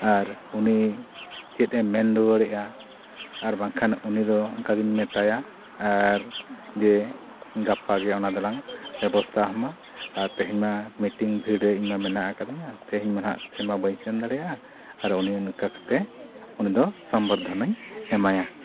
ᱟᱨ ᱩᱱᱤ ᱪᱮᱫ ᱮ ᱢᱮᱱ ᱨᱩᱣᱟᱹᱲᱮᱫᱼᱟ ᱟᱨ ᱵᱟᱝᱠᱷᱟᱱ ᱩᱱᱤ ᱫᱚ ᱚᱱᱠᱟᱜᱮᱧ ᱢᱮᱛᱟᱭᱟ ᱟᱨ ᱡᱮ ᱜᱟᱯᱟ ᱜᱮ ᱚᱱᱟ ᱫᱚᱞᱟᱝ ᱵᱮᱵᱚᱥᱛᱷᱟ ᱟᱢᱟ ᱟᱨ ᱛᱮᱦᱮᱧ ᱢᱟ ᱵᱷᱤᱲᱨᱮ ᱤᱧᱢᱟ ᱢᱮᱱᱟᱜ ᱠᱟᱫᱤᱧᱟ ᱤᱧ ᱢᱟ ᱱᱟᱦᱟᱜ ᱥᱮᱱ ᱢᱟ ᱵᱟᱹᱧ ᱥᱮᱱ ᱫᱟᱲᱮᱭᱟᱜᱼᱟ ᱟᱨ ᱩᱱᱤ ᱚᱱᱠᱟ ᱠᱟᱛᱮᱫ ᱩᱱᱤ ᱫᱚ ᱥᱚᱢᱵᱚᱨᱫᱷᱚᱱᱟᱧ ᱮᱢᱟᱭᱟ